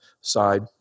side